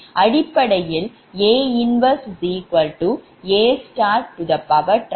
அடிப்படையில் A 1AT